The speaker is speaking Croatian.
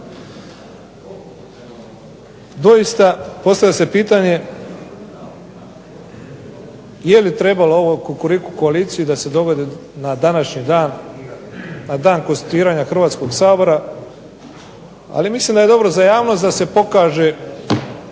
Doista postavlja se pitanje jeli trebalo ovo Kukuriku koaliciji da se dovodi na današnji dan na dan konstituiranja Hrvatskog sabora? Ali mislim da je dobro za javnost da se pokaže